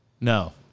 No